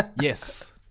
Yes